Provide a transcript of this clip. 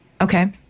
Okay